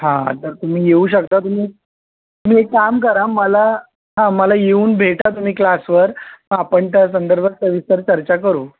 हां तर तुम्ही येऊ शकता तुम्ही एक तुम्ही एक काम करा मला हा मला येऊन भेटा तुम्ही क्लासवर मग आपण त्या संदर्भांत सविस्तर चर्चा करू